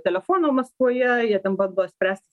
telefono maskvoje jie ten bando spręstis